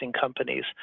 companies